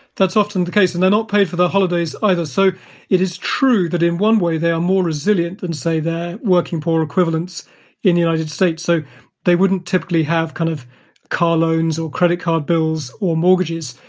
that's often the case, and they're not paid for the holidays either. so it is true that in one way they are more resilient than say their working poor equivalents in the united states. so they wouldn't typically have kind of car loans or credit card bills or mortgages.